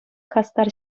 хастар